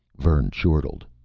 vern chortled.